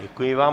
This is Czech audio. Děkuji vám.